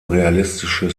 realistische